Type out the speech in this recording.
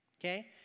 Okay